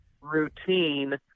routine